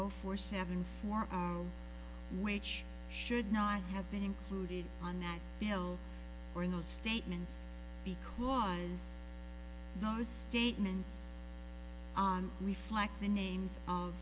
zero four seven four which should not have been included on that bill or in those statements because those statements on reflect the names of